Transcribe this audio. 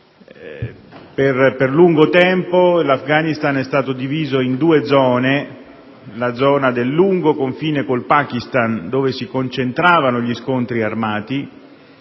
Per lungo tempo l'Afghanistan è stato diviso in due zone: quella del lungo confine con il Pakistan, dove si concentravano gli scontri armati,